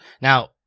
Now